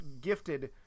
gifted